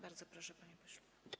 Bardzo proszę, panie pośle.